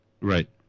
right